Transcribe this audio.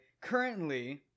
Currently